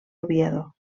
oviedo